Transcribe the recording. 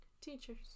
Teachers